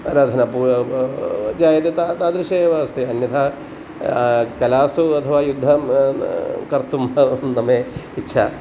आराधना जायते ता तादृशम् एव अस्ति अन्यथा कलासु अथवा युद्धं कर्तुं न मे इच्छा